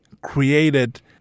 created